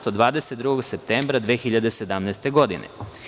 17, od 13. septembra 2017. godine.